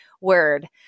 word